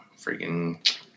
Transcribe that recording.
Freaking